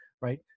right